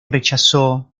rechazó